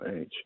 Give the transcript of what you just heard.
age